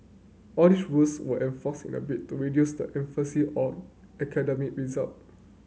all these rules were enforced in a bid to reduce the emphasis on academic result